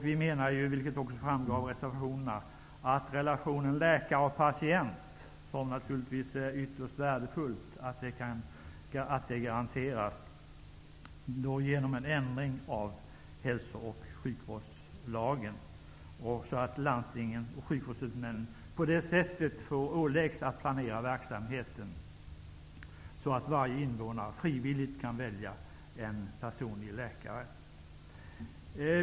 Vi menar, vilket också framgår av reservationerna, att det är ytterst värdefullt att relationen läkare-patient kan garanteras med hjälp av en ändring i hälso och sjukvårdslagen. Landstingen, dvs. sjukvårdshuvudmännen, skall åläggas att planera verksamheten så att varje invånare frivilligt kan välja en personlig läkare.